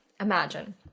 imagine